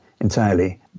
entirely